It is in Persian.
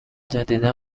جدیدا